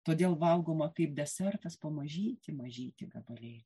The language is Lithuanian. todėl valgoma kaip desertas po mažytį mažytį gabalėlį